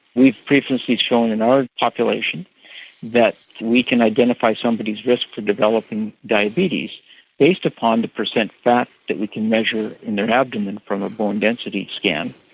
we have previously shown in our population that we can identify somebody's risk for developing diabetes based upon the percent fat that we can measure in their abdomen from a bone density scan,